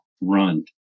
run